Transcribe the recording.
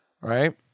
right